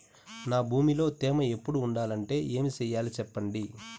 నా భూమిలో తేమ ఎప్పుడు ఉండాలంటే ఏమి సెయ్యాలి చెప్పండి?